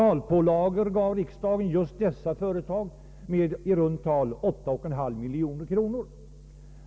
Riksdagen har på så sätt givit dessa företag totala pålagor med i runt tal 8,5 miljoner kronor.